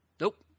Nope